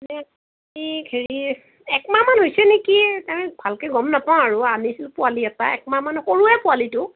হেৰি এক মাহমান হৈছে নেকি তাৰ ভালকৈ গম নাপাওঁ আৰু আনিছোঁ পোৱালি এটা এক মাহমান সৰুৱে পোৱালিটো